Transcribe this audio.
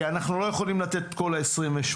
אנחנו לא יכולים לתת את כל ה-80,000,